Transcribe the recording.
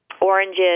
oranges